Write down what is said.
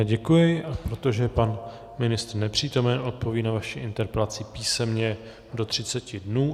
Děkuji, a protože je pan ministr nepřítomen, odpoví na vaši interpelaci písemně do 30 dnů.